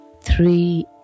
three